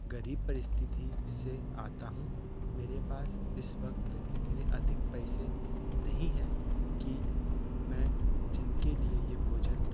गरीब परिस्थिति से आता हूँ मेरे पास इस वक्त इतने अधिक पैसे नहीं हैं कि मैं जिनके लिए ये भोजन